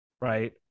Right